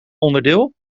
onderdeel